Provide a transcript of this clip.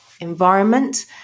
environment